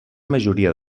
majoria